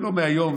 ולא מהיום,